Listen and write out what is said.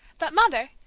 but, mother,